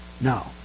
no